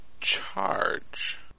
charge